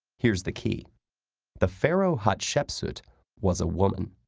here's the key the pharaoh hatshepsut was a woman.